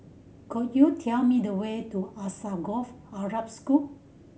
could you tell me the way to Alsagoff Arab School